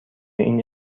این